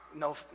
no